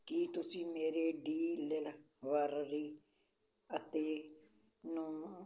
ਕੀ ਤੁਸੀਂ ਮੇਰੇ ਡਿਲਰਵਰੀ ਅਤੇ ਨੂੰ